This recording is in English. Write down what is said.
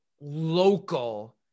local